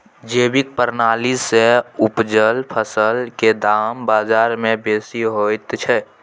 जैविक प्रणाली से उपजल फसल के दाम बाजार में बेसी होयत छै?